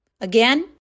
Again